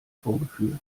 vorgeführt